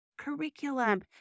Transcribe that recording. curriculum